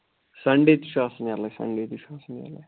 Sunday تہِ چھُ آسان یَلَے سَنڈے تہِ چھُ آسان یَلَے